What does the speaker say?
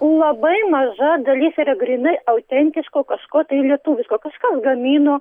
labai maža dalis yra grynai autentiško kažko tai lietuviško kažką gamino